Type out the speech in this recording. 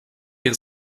ihre